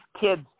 kids